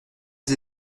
les